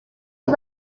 are